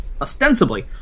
ostensibly